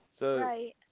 Right